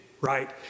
right